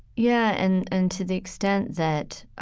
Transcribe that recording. yeah. and and to the extent that